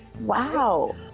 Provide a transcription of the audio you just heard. Wow